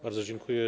Bardzo dziękuję.